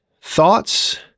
thoughts